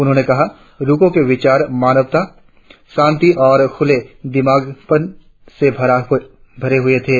उन्होने कहा रुको के विचार मानवता शांति और खूले दिमागीपन से भरे हुए थे